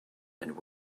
and